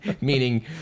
meaning